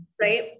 right